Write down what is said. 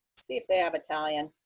see if they have italian.